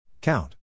Count